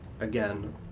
again